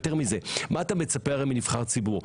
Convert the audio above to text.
ויותר מזה מה אתה מצפה מנבחר ציבור?